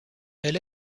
elle